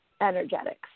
energetics